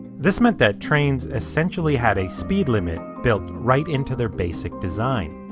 this meant that trains essentially had a speed limit built right into their basic design.